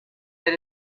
that